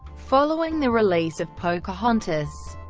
following the release of pocahontas,